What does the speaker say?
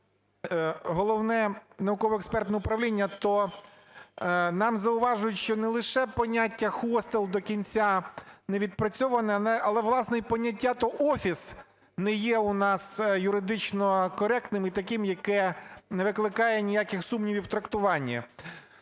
Головне науково-експертне управління, то нам зауважують, щоб не лише поняття "хостел" до кінця не відпрацьоване, але, власне, і поняття то офіс не є у нас юридично коректним і таким, яке не викликає ніяких сумнівів в трактуванні.